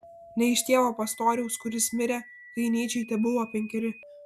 ne iš tėvo pastoriaus kuris mirė kai nyčei tebuvo penkeri